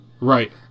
Right